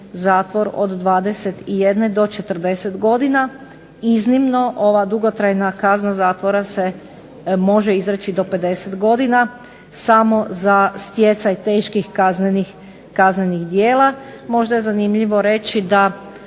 od 21 do 40 godina, iznimno ova dugotrajna kazna zatvora se može izreći do 50 godina samo za stjecaj teških kaznenih djela. Možda je zanimljivo reći da